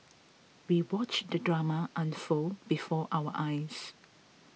we watched the drama unfold before our eyes